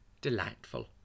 delightful